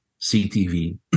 CTV